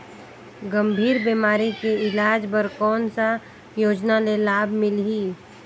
गंभीर बीमारी के इलाज बर कौन सा योजना ले लाभ मिलही?